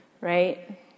right